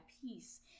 peace